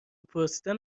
پرسیدن